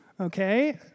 okay